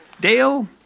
Dale